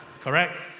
correct